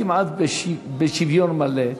כמעט בשוויון מלא,